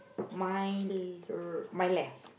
my l~ r~ my left